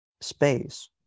space